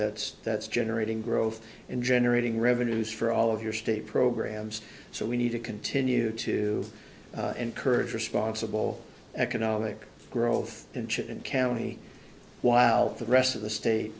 that's that's generating growth in generating revenues for all of your state programs so we need to continue to encourage responsible economic growth inch and county while the rest of the state